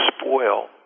spoil